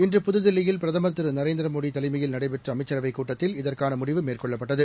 இன்று புதுதில்லியில் பிரதமர் திருநரேந்திரமோடிதலைமையில் நடைபெற்றஅமைச்சரவைக் கூட்டத்தில் இதற்கானமுடிவு மேற்கொள்ளப்பட்டது